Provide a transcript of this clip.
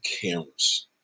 cameras